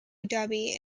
dhabi